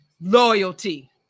loyalty